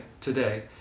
today